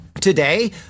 Today